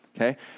okay